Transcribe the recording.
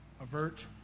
avert